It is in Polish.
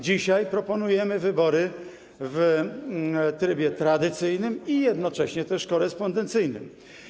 Dzisiaj proponujemy wybory w trybie tradycyjnym i jednocześnie też korespondencyjnym.